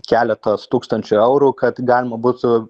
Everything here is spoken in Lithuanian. keletos tūkstančių eurų kad galima būtų